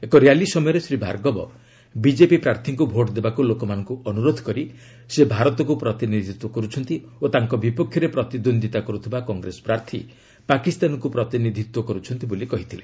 ଏକ ର୍ୟାଲି ସମୟରେ ଶ୍ରୀ ଭାର୍ଗବ ବିଜେପି ପ୍ରାର୍ଥୀଙ୍କୁ ଭୋଟ୍ ଦେବାକୁ ଲୋକମାନଙ୍କୁ ଅନୁରୋଧ କରି ସେ ଭାରତକୁ ପ୍ରତିନିଧିତ୍ୱ କରୁଛନ୍ତି ଓ ତାଙ୍କ ବିପକ୍ଷରେ ପ୍ରତିଦ୍ୱନ୍ଦ୍ୱିତା କରୁଥିବା କଂଗ୍ରେସ ପ୍ରାର୍ଥୀ ପାକିସ୍ତାନକୁ ପ୍ରତିନିଧିତ୍ୱ କରୁଛନ୍ତି ବୋଲି କହିଥିଲେ